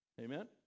Amen